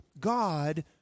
God